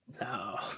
No